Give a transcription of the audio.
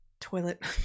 toilet